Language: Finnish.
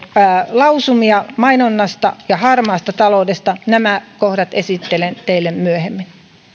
lausumia mainonnasta ja harmaasta taloudesta nämä kohdat esittelen teille myöhemmin